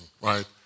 right